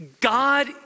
God